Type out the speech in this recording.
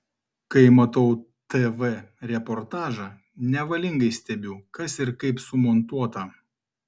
kai matau tv reportažą nevalingai stebiu kas ir kaip sumontuota